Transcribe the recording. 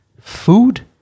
Food